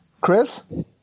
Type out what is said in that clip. Chris